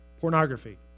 pornography